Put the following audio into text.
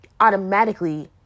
automatically